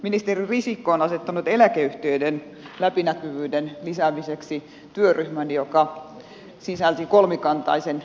ministeri risikko on asettanut eläkeyhtiöiden läpinäkyvyyden lisäämiseksi työryhmän joka sisälsi kolmikantaisen asetelman